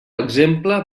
exemple